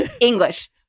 English